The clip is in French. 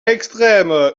l’extrême